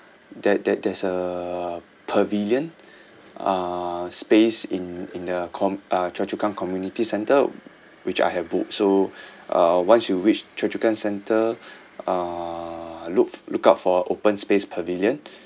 that that there's a pavilion uh space in in the com~ uh choa chu kang community centre which I had booked so uh once you reach choa chu kang centre uh look look out for open space pavilion